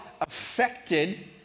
affected